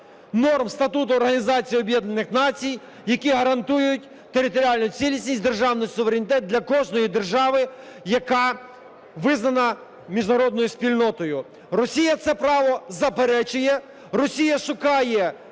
Націй, які гарантують територіальну цілісність, державний суверенітет для кожної держави, яка визнана міжнародною спільнотою. Росія це право заперечує. Росія шукає